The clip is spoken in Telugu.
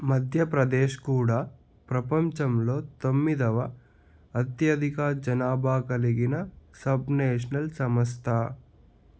మధ్యప్రదేశ్ కూడా ప్రపంచంలో తొమ్మిదవ అత్యధిక జనాభా కలిగిన సబ్ నేషనల్ సంస్థ